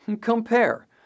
Compare